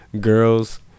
girls